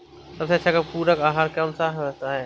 सबसे अच्छा पूरक आहार कौन सा होता है?